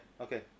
Okay